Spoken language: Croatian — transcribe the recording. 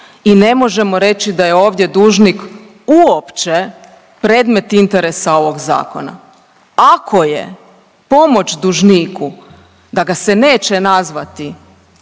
i ne možemo reći da je ovdje dužnik uopće predmet interesa ovog zakona. Ako je pomoć dužniku da ga se neće nazvati